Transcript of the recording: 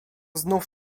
znów